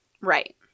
Right